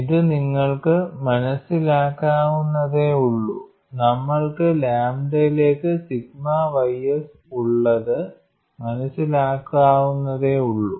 ഇത് നിങ്ങൾക്ക് മനസ്സിലാക്കാവുന്നതേയുള്ളൂ നമ്മൾക്ക് ലാംഡയിലേക്ക് സിഗ്മ ys ഉള്ളത് മനസ്സിലാക്കാവുന്നതേയുള്ളൂ